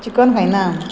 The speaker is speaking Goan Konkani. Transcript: चिकन खायना